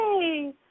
yay